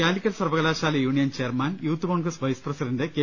കാലിക്കറ്റ് സർവകലാശാല union chairman youth Congress vice president K